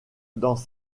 dans